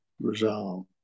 resolve